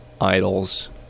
idols